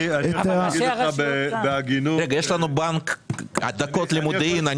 אם יש לנו בנק דקות למודיעין,